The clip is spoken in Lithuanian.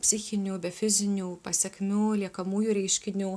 psichinių be fizinių pasekmių liekamųjų reiškinių